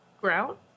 grout